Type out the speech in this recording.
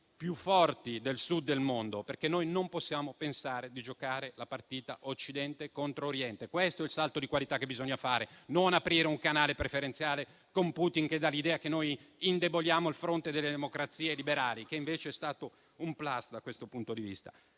più forti del Sud del mondo, perché noi non possiamo pensare di giocare la partita Occidente contro Oriente. Questo è il salto di qualità che bisogna fare: non aprire un canale preferenziale con Putin, che dà l'idea che noi indeboliamo il fronte delle democrazie liberali, che invece è stato un *plus* da questo punto di vista.